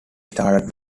started